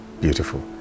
beautiful